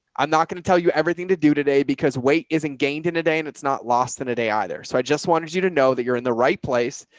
i'm not going to tell you everything to do today because weight isn't gained in a day and it's not lost in a day either. so i just wanted you to know that you're in the right place.